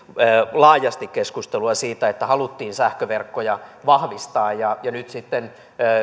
laajasti keskustelua siitä että haluttiin sähköverkkoja vahvistaa ja nyt sitten